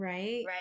Right